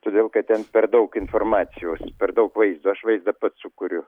todėl kad ten per daug informacijos per daug vaizdo aš vaizdą pats sukuriu